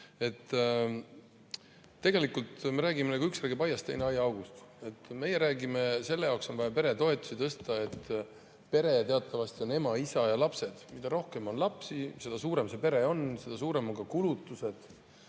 Tegelikult me räägime nii, et üks räägib aiast, teine aiaaugust. Meie räägime, et sellepärast on vaja peretoetusi tõsta – pere teatavasti on ema, isa ja lapsed –, et mida rohkem on lapsi, seda suurem see pere on, seda suuremad on ka kulutused.